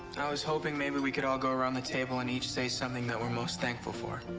i was hoping maybe we could all go around the table. and each say something that we're most thankful for.